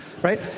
Right